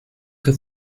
que